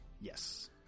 Yes